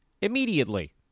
immediately